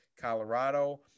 Colorado